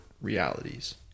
realities